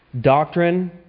doctrine